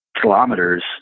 kilometers